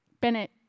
Bennett